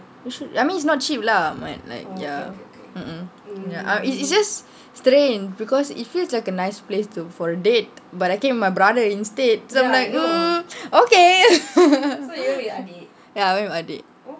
you should I mean it's not cheap lah but like ya mm mm it's just strange because it feels like a nice place to for a date but I came with my brother instead so I'm like mm okay ya I went with adik